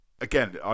again